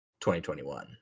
2021